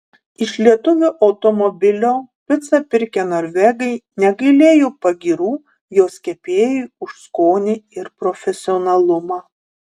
iš lietuvio automobilio picą pirkę norvegai negailėjo pagyrų jos kepėjui už skonį ir profesionalumą